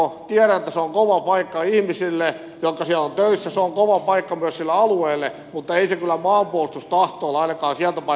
tiedän että se on kova paikka ihmisille jotka siellä ovat töissä se on kova paikka myös sille alueelle mutta ei se kyllä maanpuolustustahtoa ainakaan sieltä paikkakunnalta hävittänyt